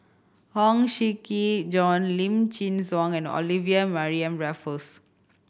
Huang Shiqi Joan Lim Chin Siong and Olivia Mariamne Raffles